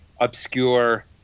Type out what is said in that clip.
obscure